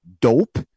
Dope